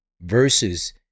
versus